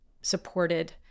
supported